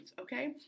okay